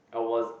I was